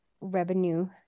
revenue